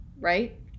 right